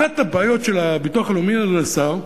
אחת הבעיות של הביטוח הלאומי, אדוני השר,